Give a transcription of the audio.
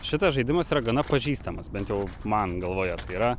šitas žaidimas yra gana pažįstamas bent jau man galvoje tai yra